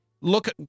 look